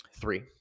Three